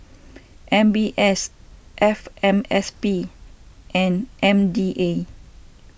M B S F M S P and M D A